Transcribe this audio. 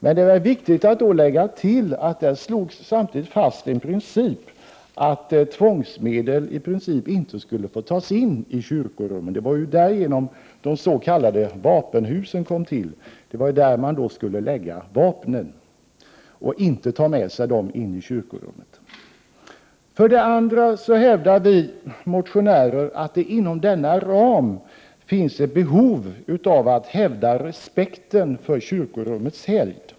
Men det är viktigt att tillägga att man då samtidigt fastslog att tvångsmedel i princip inte skulle få förekomma i kyrkorummen. Därigenom tillkom ju de s.k. vapenhusen. Man skulle där lägga vapnen, och inte ta med sig dem in i kyrkorummet. För det andra hävdar vi motionärer att det inom denna ram finns ett behov av att hävda respekten för kyrkorummets helgd.